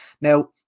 Now